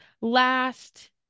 last